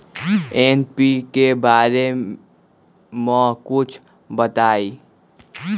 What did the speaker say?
NPK बारे म कुछ बताई?